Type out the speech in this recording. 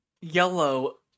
yellow